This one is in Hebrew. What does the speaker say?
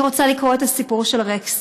אני רוצה לקרוא את הסיפור של רקסי,